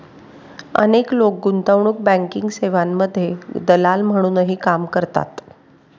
अनेक लोक गुंतवणूक बँकिंग सेवांमध्ये दलाल म्हणूनही काम करतात